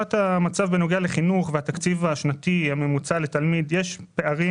תמונת המצב בנוגע לחינוך והתקציב השנתי הממוצע לתלמיד מראה שיש פערים,